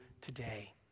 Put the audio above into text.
today